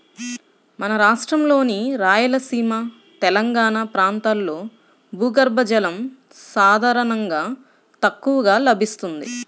మన రాష్ట్రంలోని రాయలసీమ, తెలంగాణా ప్రాంతాల్లో భూగర్భ జలం సాధారణంగా తక్కువగా లభిస్తుంది